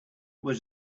was